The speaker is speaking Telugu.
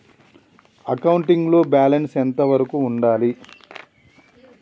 అకౌంటింగ్ లో బ్యాలెన్స్ ఎంత వరకు ఉండాలి?